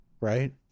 Right